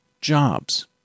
jobs